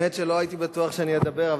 האמת שלא הייתי בטוח שאני אדבר,